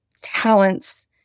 talents